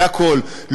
זה הכול.